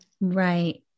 Right